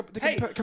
hey